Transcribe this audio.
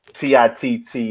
t-i-t-t